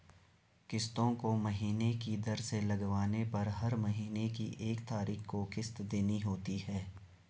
किस्तों को महीने की दर से लगवाने पर हर महीने की एक तारीख को किस्त देनी होती है